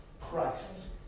Christ